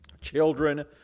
children